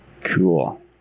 Cool